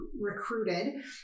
recruited